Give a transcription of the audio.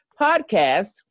Podcast